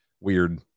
weird